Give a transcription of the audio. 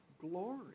glory